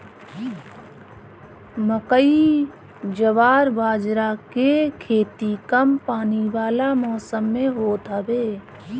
मकई, जवार बजारा के खेती कम पानी वाला मौसम में होत हवे